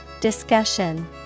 Discussion